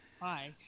Hi